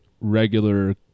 regular